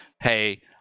hey